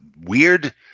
weird